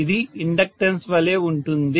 ఇది ఇండక్టెన్స్ వలె ఉంటుంది